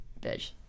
bitch